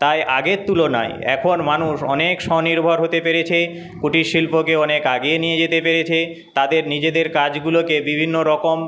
তাই আগের তুলনায় এখন মানুষ অনেক স্বনির্ভর হতে পেরেছে কুটিরশিল্পকে অনেক আগিয়ে নিয়ে যেতে পেরেছে তাদের নিজেদের কাজগুলোকে বিভিন্নরকম